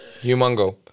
Humongo